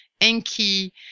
Enki